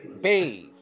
bathe